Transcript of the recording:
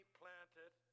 planted